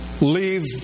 leave